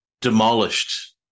demolished